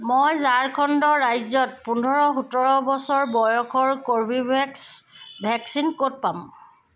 মই ঝাৰখণ্ড ৰাজ্যত পোন্ধৰ সোতৰ বছৰ বয়সৰ কৰ্বীভেক্স ভেকচিন ক'ত পাম